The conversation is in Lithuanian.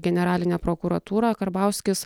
generalinę prokuratūrą karbauskis